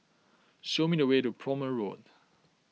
show me the way to Prome Road